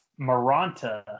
Maranta